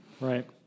Right